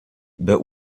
but